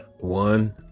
One